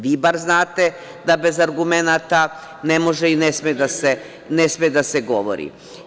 Vi bar znate da bez argumenata ne može i ne sme da se govori.